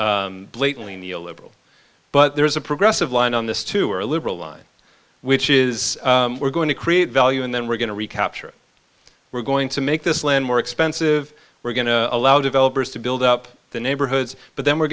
blatantly neo liberal but there is a progressive line on this too or a liberal line which is we're going to create value and then we're going to recapture we're going to make this land more expensive we're going to allow developers to build up the neighborhoods but then we're